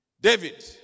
David